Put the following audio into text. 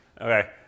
Okay